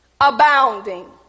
abounding